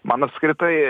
man apskritai